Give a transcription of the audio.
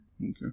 Okay